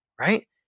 right